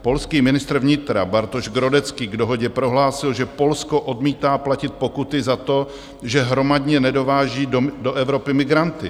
Polský ministr vnitra Bartosz Grodecki k dohodě prohlásil, že Polsko odmítá platit pokuty za to, že hromadně nedováží do Evropy migranty.